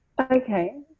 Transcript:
Okay